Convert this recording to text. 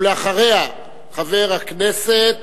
ואחריה, חבר הכנסת